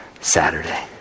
Saturday